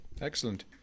Excellent